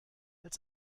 als